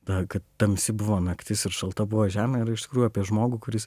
ta kad tamsi buvo naktis ir šalta buvo žemė yra iš tikrųjų apie žmogų kuris